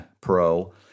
pro